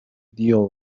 deal